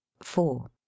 four